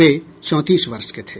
वे चौंतीस वर्ष के थे